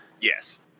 Yes